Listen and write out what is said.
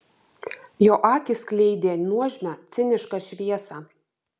jo akys skleidė nuožmią cinišką šviesą